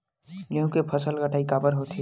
गेहूं के फसल कटाई काबर होथे?